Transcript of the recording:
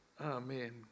Amen